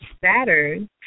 Saturn